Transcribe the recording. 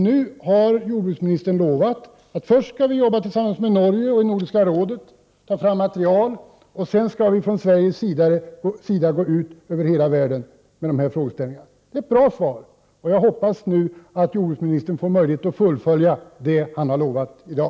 Nu har jordbruksministern lovat att Sverige först skall arbeta tillsammans med Norge och i Nordiska rådet, och man skall ta fram material. Sedan skall man från Sveriges sida gå ut över hela världen med dessa frågor. Det är ett bra svar, och jag hoppas nu att jordbruksministern får möjlighet att fullfölja det som han har lovat i dag.